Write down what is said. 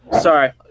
Sorry